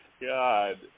God